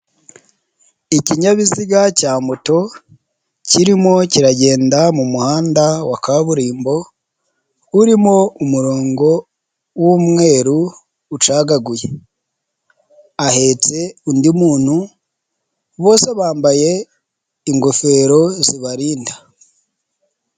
Ikinyabiziga cya moto, kirimo kiragenda mu muhanda wa kaburimbo, urimo umurongo w'umweru ucagaguye. Ahetse undi muntu, bose bambaye ingofero zibarinda.